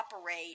operate